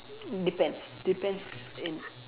depends depends in